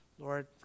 Lord